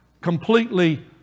completely